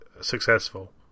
successful